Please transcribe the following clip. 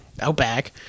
outback